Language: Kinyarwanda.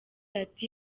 ati